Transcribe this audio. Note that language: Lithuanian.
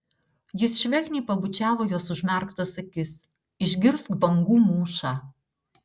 jis švelniai pabučiavo jos užmerktas akis išgirsk bangų mūšą